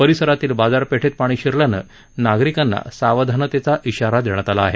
परिसरातील बाजारपेठेत पाणी शिरल्यानं नागरिकांना सावधानतेचा इशारा देण्यात आला आहे